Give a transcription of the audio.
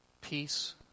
peace